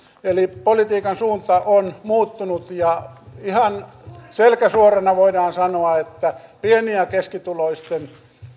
eli politiikan suunta on muuttunut ja ihan selkä suorana voidaan sanoa että pieni ja keskituloisten